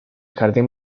jardín